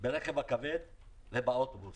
ברכב הכבד ובאוטובוס,